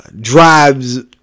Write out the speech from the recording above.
drives